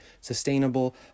sustainable